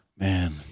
man